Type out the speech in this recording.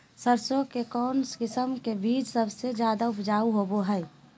सरसों के कौन किस्म के बीच सबसे ज्यादा उपजाऊ होबो हय?